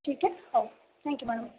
ठीक आहे हो थँक्यू मॅडम